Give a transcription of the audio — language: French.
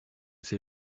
c’est